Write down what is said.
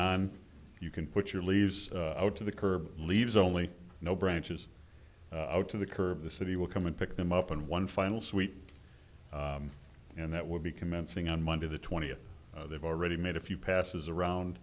you can put your leaves out to the curb leaves only no branches out to the curb the city will come and pick them up and one final sweet and that will be commencing on monday the twentieth they've already made a few passes